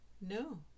no